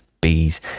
bees